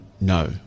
no –